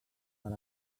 per